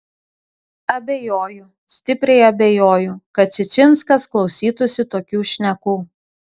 abejoju stipriai abejoju kad čičinskas klausytųsi tokių šnekų